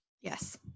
Yes